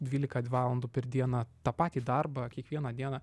dvylika valandų per dieną tą patį darbą kiekvieną dieną